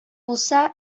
булса